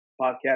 podcast